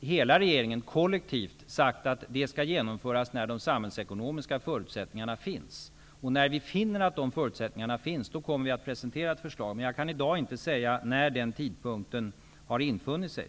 Hela regeringen har kollektivt sagt att det skall genomföras när de samhällsekonomiska förutsättningarna finns. När regeringen finner att de förutsättningarna finns kommer vi att presentera ett förslag. Jag kan i dag inte säga när den tidpunkten har infunnit sig.